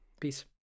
Peace